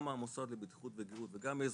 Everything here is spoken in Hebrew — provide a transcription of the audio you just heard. גם מהמוסד לבטיחות ולגהות וגם מאזרחים,